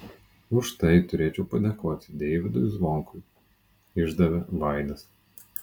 už tai turėčiau padėkoti deivydui zvonkui išdavė vaidas